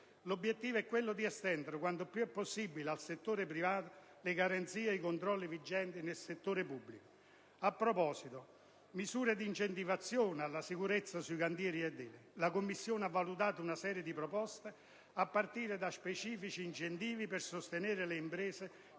L'obiettivo è quello di estendere quanto più possibile, anche al settore privato, le garanzie e i controlli vigenti nel settore pubblico. A proposito di misure di incentivazione alla sicurezza sui cantieri edili, la Commissione ha valutato una serie di proposte, a partire da specifici incentivi per sostenere le imprese